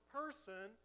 person